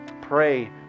pray